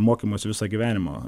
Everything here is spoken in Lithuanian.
mokymosi visą gyvenimą